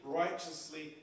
righteously